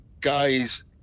guys